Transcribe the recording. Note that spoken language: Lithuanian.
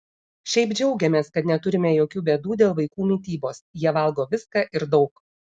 šiaip džiaugiamės kad neturime jokių bėdų dėl vaikų mitybos jie valgo viską ir daug